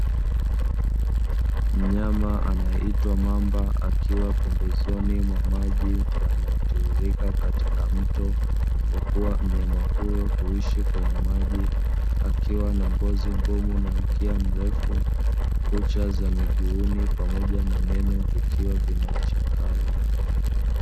Mnyama anayeitwa mamba akiwa pembezoni mwa maji yanayotiririka katika mto, kwa kuwa mnyama huyo huishi kwenye maji akiwa na: ngozi ngumu, na mkia mrefu, kucha za miguuni pamoja na meno vikiwa vina ncha kali.